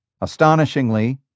Astonishingly